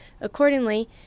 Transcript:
Accordingly